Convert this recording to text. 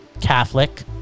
Catholic